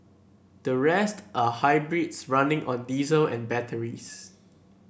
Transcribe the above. the rest are hybrids running on diesel and batteries